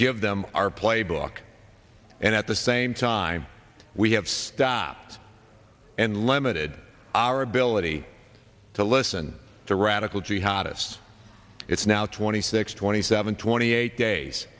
give them our playbook and at the same time we have stopped and limited our ability to listen to radical jihadists it's now twenty six twenty seven twenty eight days